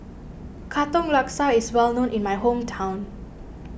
Katong Laksa is well known in my hometown